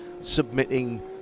submitting